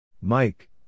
Mike